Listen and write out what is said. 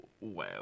wow